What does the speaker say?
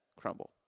crumble